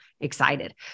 excited